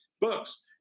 books